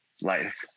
life